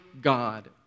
God